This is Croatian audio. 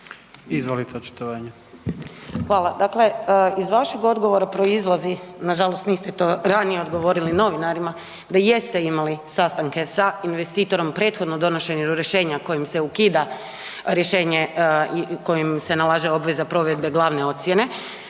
Sandra (Možemo!)** Hvala. Dakle, iz vašeg odgovora proizlazi, nažalost niste to ranije odgovorili novinarima da jeste imali sastanke sa investitorom prethodno donošenju rješenja kojim se ukida rješenje kojim se nalaže obveza provedbe glavne ocjene.